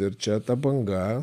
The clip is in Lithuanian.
ir čia ta banga